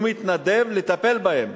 הוא מתנדב לטפל בהם,